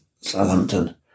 Southampton